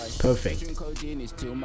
Perfect